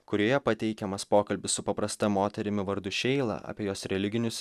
kurioje pateikiamas pokalbis su paprasta moterimi vardu šeila apie jos religinius